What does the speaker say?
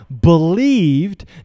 believed